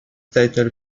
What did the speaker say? title